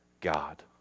God